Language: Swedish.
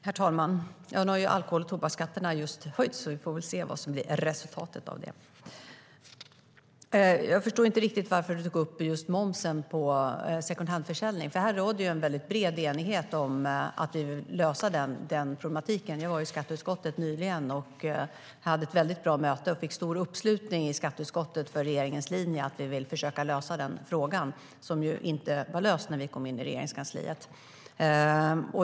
Herr talman! Nu har alkohol och tobaksskatterna just höjts. Vi får väl se vad som blir resultatet av det. Jag förstår inte riktigt varför Erik Andersson tog upp just momsen på secondhandförsäljning. Här råder en väldigt bred enighet om att vi vill lösa den problematiken. Jag var nyligen i skatteutskottet och hade ett väldigt bra möte och fick stor uppslutning i skatteutskottet för regeringens linje att vi vill försöka lösa den frågan som inte var löst när vi kom in i Regeringskansliet.